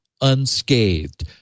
unscathed